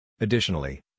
Additionally